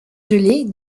gelée